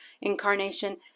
incarnation